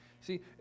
See